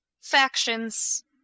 factions